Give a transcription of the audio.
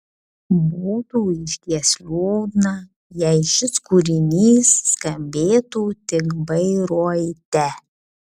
būtų išties liūdna jei šis kūrinys skambėtų tik bairoite